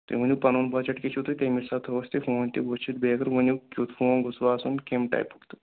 تُہۍ ؤنِو پنُن بجٹ کیٛاہ چھُو تۄہہِ تَمہِ حِساب تھاوو أسۍ فون تہِ وٕچھِتھ بیٚیہِ اگر ؤنِو کیُتھ فون گوٚژھوُ آسُن کَمہِ ٹایپُک تہٕ